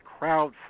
Crowdfunding